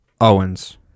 Owens